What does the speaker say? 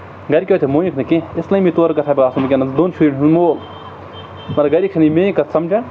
گَرِکیو تہِ مونیُک نہٕ کینٛہہ اسلامی طور گژھٕ ہا بہٕ آسُن وٕنۍکٮ۪نس دۄن شُرٮ۪ن ہُند مول مگر گرِکۍ چھِنہٕ یہِ میٛٲنۍ کتھ سمجان